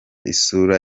isura